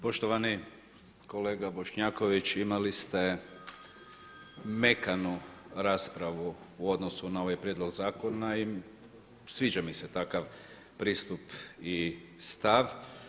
Poštovani kolega Bošnjaković, imali ste mekanu raspravu u odnosu na ovaj prijedloga zakona i sviđa mi se takav pristup i stav.